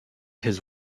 his